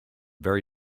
very